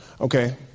Okay